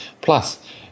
Plus